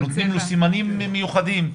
נותנים לו סימנים מיוחדים.